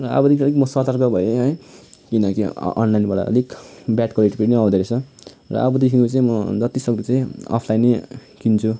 र आबोदेखि चाहिँ अलिक म सतर्क भएँ है किनकि अनलाइनबाट अलिक ब्याड क्वालिटी पनि आउँदो रहेछ र अबदेखि चाहिँ म जति सक्दो चाहिँ अफलाइनै किन्छु